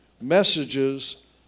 messages